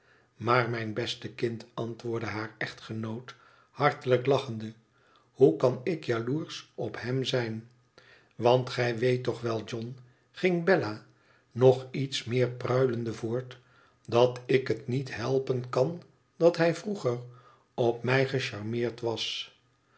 maar mijn beste kind antwoordde haar echtgenoot hartelijk lachende hoe kan ik jaloersch op hem zijn iwantgij weet toch wel john ging bella nog iets meer pruilende voort dat ik het niet helpen kan dat hij vroeger op mij gecharmeerd was